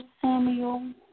Samuel